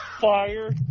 fire